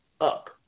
up